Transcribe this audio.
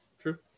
True